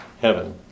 heaven